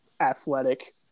athletic